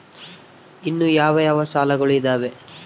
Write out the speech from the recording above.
ಇನ್ನು ಯಾವ ಯಾವ ಸಾಲಗಳು ಇದಾವೆ?